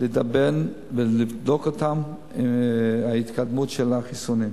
לדרבן ולבדוק את ההתקדמות של החיסונים.